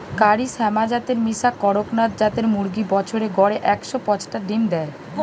কারি শ্যামা জাতের মিশা কড়কনাথ জাতের মুরগি বছরে গড়ে একশ পাচটা ডিম দেয়